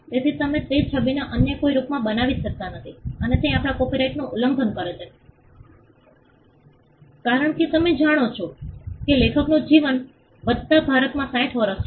તેથી તમે તે છબીને અન્ય કોઈ સ્વરૂપમાં બનાવી શકતા નથી અને તે આપણા કોપિરાઇટનું ઉલ્લંઘન કરે છે કારણ કે તમે જાણો છો કે લેખકનું જીવન વત્તા ભારતમાં 60 વર્ષ છે